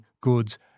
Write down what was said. goods